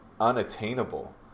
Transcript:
unattainable